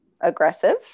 aggressive